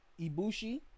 Ibushi